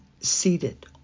seated